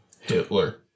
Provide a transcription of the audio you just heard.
Hitler